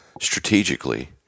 strategically